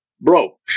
bro